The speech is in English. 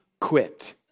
quit